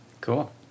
Cool